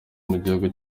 mugihugu